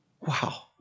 Wow